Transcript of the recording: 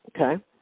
Okay